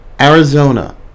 Arizona